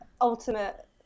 ultimate